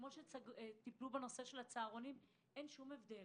כפי שטיפלו בנושא הצהרונים, אין הבדל